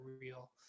real